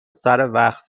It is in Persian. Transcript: سروقت